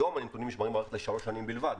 היום הנתונים נשמרים במערכת לשלוש שנים בלבד.